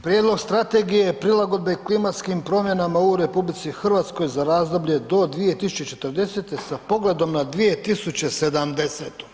Prijedlog Strategije prilagodbe klimatskim promjenama u RH za razdoblje do 2040. s pogledom na 2070.